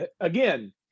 again